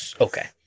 okay